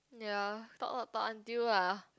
ya talk lot talk until ah